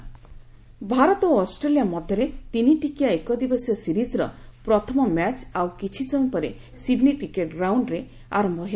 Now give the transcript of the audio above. cricket Bharat ଓ Australia ମଧ୍ୟରେ ତିନିଟିକିଆ ଏକଦିବସୀୟ ସିରିଜର ପ୍ରଥମ ମ୍ୟାଚ୍ ଆଉ କିଛି ସମୟ ପରେ ସିଡ୍ନି କ୍ରିକେଟ୍ ଗ୍ରାଉଣ୍ଡରେ ଆରମ୍ଭ ହେବ